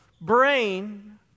brain